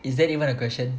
is that even a question